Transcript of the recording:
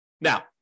Now